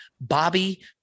Bobby